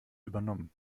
übernommen